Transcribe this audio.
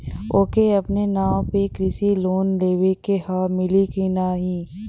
ओके अपने नाव पे कृषि लोन लेवे के हव मिली की ना ही?